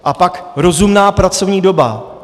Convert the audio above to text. A pak rozumná pracovní doba.